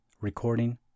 Recording